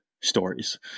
stories